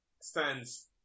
stands